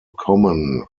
common